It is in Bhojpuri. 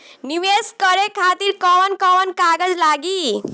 नीवेश करे खातिर कवन कवन कागज लागि?